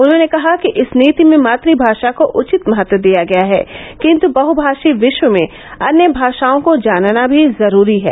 उन्होंने कहा कि इस नीति में मातुभाषा को उचित महत्व दिया गया है किंतु बहु भाषी विश्व में अन्य भाषाओं को जानना भी जरूरी है